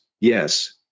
Yes